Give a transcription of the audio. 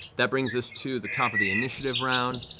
that brings us to the top of the initiative round.